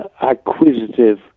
acquisitive